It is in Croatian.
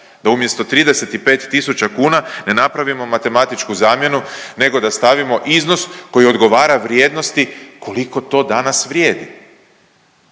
da umjesto 35 tisuća kuna ne napravimo matematičku zamjenu nego da stavimo iznos koji odgovara vrijednosti koliko to danas vrijedi.